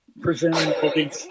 presenting